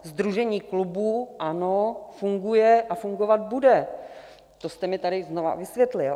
Sdružení klubů, ano, funguje a fungovat bude, to jste mi tady znovu vysvětlil.